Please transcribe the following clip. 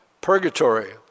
Purgatory